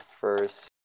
first